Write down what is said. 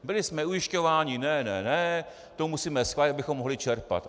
Byli jsme ujišťováni ne, ne, ne, to musíme schválit, abychom mohli čerpat.